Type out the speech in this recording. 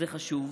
זה חשוב.